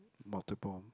multiple